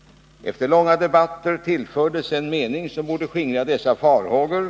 Efter långa debatter tillfördes en mening till detta beslut som borde skingra dessa farhågor.